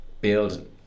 build